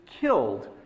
killed